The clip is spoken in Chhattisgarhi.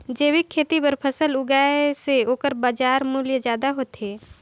जैविक खेती बर फसल उगाए से ओकर बाजार मूल्य ज्यादा होथे